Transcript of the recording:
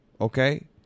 okay